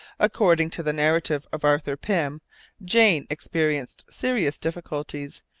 according to the narrative of arthur pym jane experienced serious difficulties,